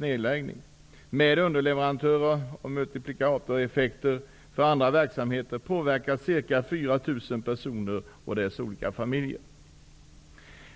Tillsammans med underleverantörer och multiplikatoreffekter för andra verksamheter påverkas ca 4 000 personer och deras familjer.